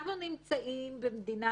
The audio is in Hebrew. אנחנו נמצאים במדינה